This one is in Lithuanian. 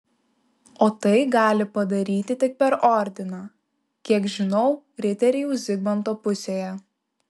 o tai gali padaryti tik per ordiną kiek žinau riteriai jau zigmanto pusėje